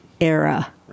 era